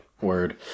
Word